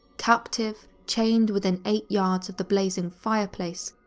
captive, chained within eight yards of the blazing fireplace,